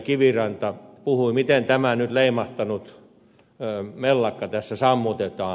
kiviranta puhui miten tämä nyt leimahtanut mellakka tässä sammutetaan